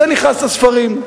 זה נכנס לספרים.